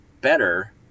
better